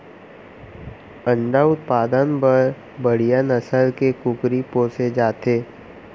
अंडा उत्पादन बर बड़िहा नसल के कुकरी पोसे जाथे